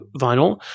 vinyl